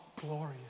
glorious